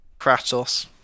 kratos